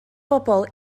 bobol